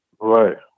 Right